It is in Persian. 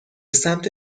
سمت